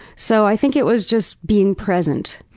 so i think it was just being present.